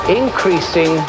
increasing